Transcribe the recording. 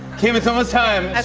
kim, it's almost time.